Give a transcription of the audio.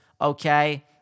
okay